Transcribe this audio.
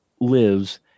lives